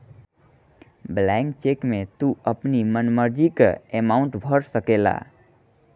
blank cheque में तू अपनी मन मर्जी कअ अमाउंट भर सकेला